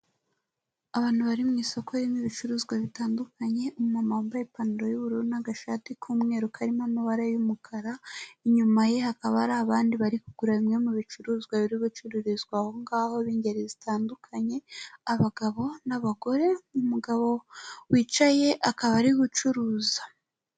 Abantu bari mu isoko ririmo ibicuruzwa bitandukanye, umuntu wambaye ipantaro y'ubururu n'agashati k'umweru karimo amabara y'umukara. Inyuma ye hakaba hari abandi bari kugura bimwe mu bicuruzwa bicururizwa aho ngaho b'ingeri zitandukanye; abagabo n'abagore, umugabo wicaye akaba ari gucuruza.